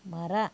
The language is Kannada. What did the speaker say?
ಮರ